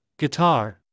guitar